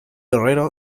herrero